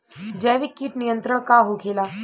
जैविक कीट नियंत्रण का होखेला?